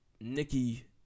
Nikki